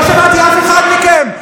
לא שמעתי אף אחד מכם,